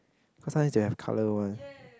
cause sometimes they have colour one